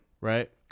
Right